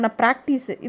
practice